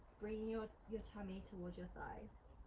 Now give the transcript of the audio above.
bringing your your tummy towards your thighs.